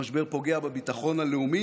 המשבר פוגע בביטחון הלאומי.